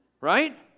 Right